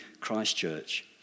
Christchurch